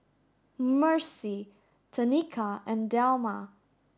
Mercy Tenika and Delmar